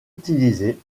utilisée